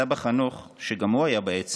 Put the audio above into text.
סבא חנוך, שגם הוא היה באצ"ל,